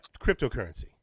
cryptocurrency